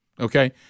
Okay